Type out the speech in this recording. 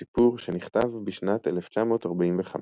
הסיפור, שנכתב בשנת 1945,